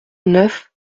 neuf